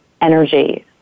energy